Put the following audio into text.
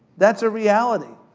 that's a reality,